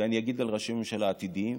ואני אגיד על ראשי ממשלה עתידיים,